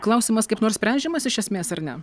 klausimas kaip nors sprendžiamas iš esmės ar ne